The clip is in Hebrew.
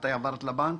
מתי עברת לבנק?